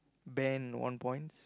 Ben one points